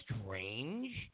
strange